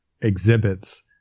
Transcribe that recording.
exhibits